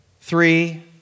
three